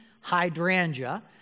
hydrangea